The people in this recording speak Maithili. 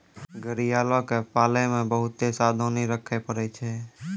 घड़ियालो के पालै मे बहुते सावधानी रक्खे पड़ै छै